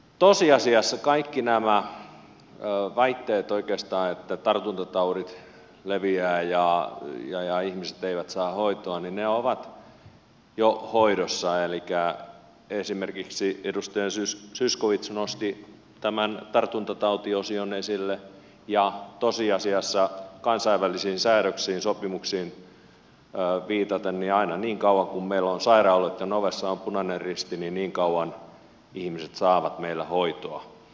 tosiasiassa kaikki nämä väitteet oikeastaan että tartuntataudit leviävät ja ihmiset eivät saa hoitoa ovat jo hoidossa esimerkiksi edustaja zyskowicz nosti tämän tartuntatautiosion esille ja tosiasiassa kansainvälisiin säädöksiin ja sopimuksiin viitaten aina niin kauan kuin meillä on sairaaloitten ovessa punainen risti niin kauan ihmiset saavat meillä hoitoa